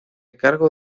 cargo